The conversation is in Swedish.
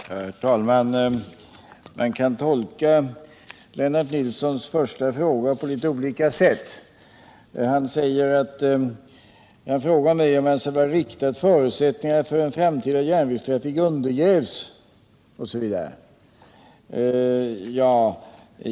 Herr talman! Man kan tolka Lennart Nilssons första fråga på litet olika sätt. Lennart Nilsson frågar mig om jag anser att förutsättningarna för den framtida järnvägstrafiken undergrävs osv.